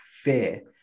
fear